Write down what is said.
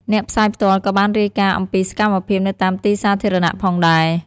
អ្នកផ្សាយផ្ទាល់ក៏បានរាយការណ៍អំពីសកម្មភាពនៅតាមទីសាធារណៈផងដែរ។